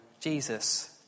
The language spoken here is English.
Jesus